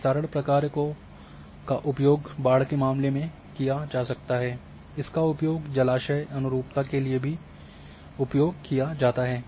विस्तारण प्रक्रिया का उपयोग बाढ़ के मामले में भी किया जा सकता है इसका उपयोग जलाशय अनुरूपता के लिए भी उपयोग किया जाता है